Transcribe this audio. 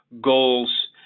goals